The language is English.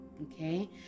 okay